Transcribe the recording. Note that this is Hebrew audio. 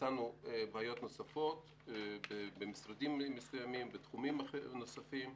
מצאנו בעיות נוספות בתחומים נוספים,